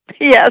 Yes